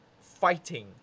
fighting